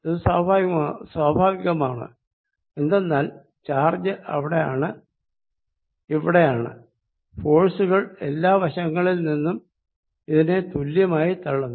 ഇത് സ്വാഭാവികമാണ് എന്തെന്നാൽ ചാർജ് ഇവിടെയാണ് ഫോഴ്സ്കൾ എല്ലാ വശങ്ങളിൽ നിന്നും ഇതിനെ തുല്യമായി തള്ളുന്നു